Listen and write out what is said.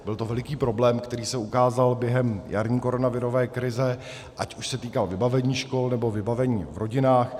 Byl to veliký problém, který se ukázal během jarní koronavirové krize, ať už se týkal vybavení škol, nebo vybavení v rodinách.